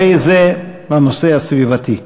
הרי זה הנושא הסביבתי.